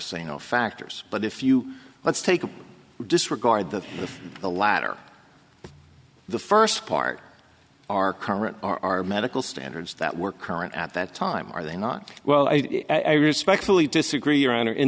say no factors but if you let's take a disregard that the latter the first part our current our medical standards that were current at that time are they not well i respectfully disagree your honor in